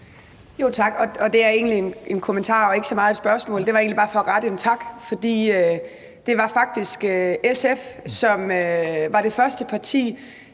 Tak. Det er egentlig en kommentar og ikke så meget et spørgsmål. Det er egentlig bare for at rette en tak til SF, for det var faktisk SF, som var det første parti